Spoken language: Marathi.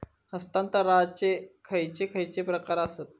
हस्तांतराचे खयचे खयचे प्रकार आसत?